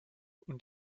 und